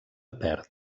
perth